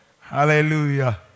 Hallelujah